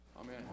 Amen